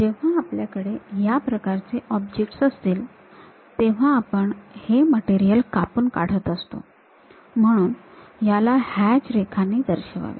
जेव्हा आपल्याकडे या प्रकारचे ऑब्जेक्टस असतील तेव्हा आपण हे मटेरियल कापून काढत असतो म्हणून याला हॅच रेखांनी दर्शवावे